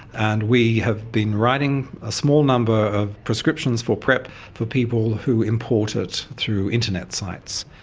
and we have been writing a small number of prescriptions for prep for people who import it through internet sites.